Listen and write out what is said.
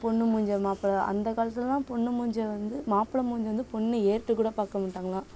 பொண்ணு மூஞ்சி மாப்ளை அந்த காலத்துலலாம் பொண்ணு மூஞ்சி வந்து மாப்ளை மூஞ்சி வந்து பொண்ணு ஏறிட்டு கூட பார்க்க மாட்டாங்களாம்